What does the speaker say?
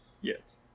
yes